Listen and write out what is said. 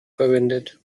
verwendet